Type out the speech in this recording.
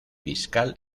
fiscal